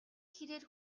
хэрээр